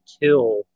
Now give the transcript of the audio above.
kill